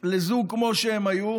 לזוג כמו שהם היו,